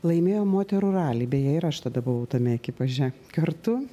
laimėjo moterų ralį beje ir aš tada buvau tame ekipaže kartu